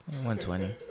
120